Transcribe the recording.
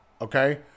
Okay